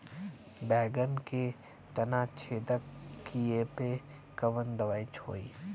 बैगन के तना छेदक कियेपे कवन दवाई होई?